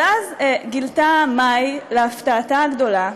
אבל אז גילתה מאי, להפתעתה הגדולה,